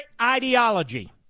ideology